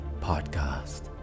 Podcast